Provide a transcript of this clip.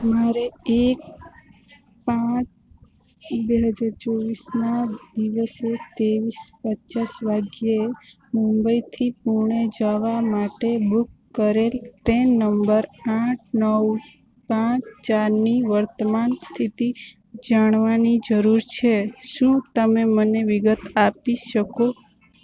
મારે એક પાંચ બેહજાર ચોવીસના દિવસે ત્રેવીસ પચાસ વાગ્યે મુંબઈથી પુને જવા માટે બુક કરેલ ટ્રેન નંબર આઠ નવ પાંચ ચારની વર્તમાન સ્થિતિ જાણવાની જરૂર છે શું તમે મને વિગત આપી શકો